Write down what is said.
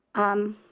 um